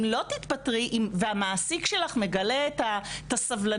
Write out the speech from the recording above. ואם לא תתפטרי והמעסיק שלך מגלה סבלנות